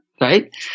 right